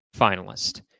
finalist